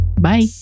bye